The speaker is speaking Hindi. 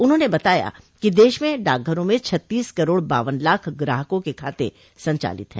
उन्होंने बताया कि देश में डाकघरों में छत्तीस करोड़ बावन लाख ग्राहकों के खाते संचालित हैं